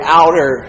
outer